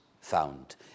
found